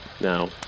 Now